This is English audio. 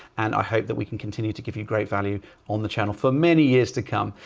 and i hope that we can continue to give you great value on the channel for many years to come.